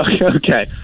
Okay